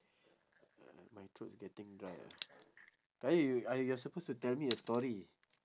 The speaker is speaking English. my throat's getting dry ah qayyum y~ are you are suppose to tell me a story